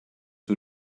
who